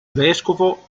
vescovo